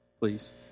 please